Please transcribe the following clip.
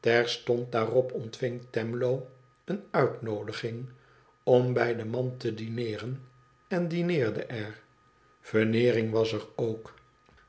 terstond daarop ontving twemlow eene uitnoodigin om bij den man te dineeren en dineerde er veneering was er ook